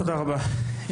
תודה רבה.